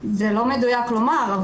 זה לא מדויק לומר.